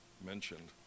mentioned